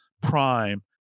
prime